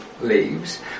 leaves